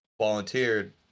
volunteered